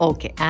Okay